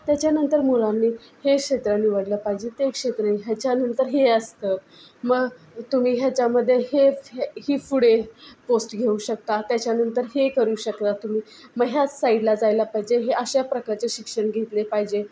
त्याच्यानंतर मुलांनी हे क्षेत्र निवडलं पाहिजे ते क्षेत्र ह्याच्यानंतर हे असतं मग तुम्ही ह्याच्यामध्ये हे ही पुढे पोस्ट घेऊ शकता त्याच्यानंतर हे करू शकता तुम्ही मग ह्याच साईडला जायला पाहिजे हे अशा प्रकारचे शिक्षण घेतले पाहिजे